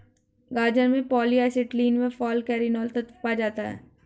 गाजर में polyacetylene व फालकैरिनोल तत्व पाया जाता है